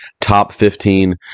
top-15